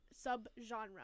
sub-genre